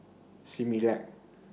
Similac